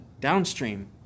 Downstream